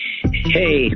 Hey